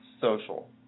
social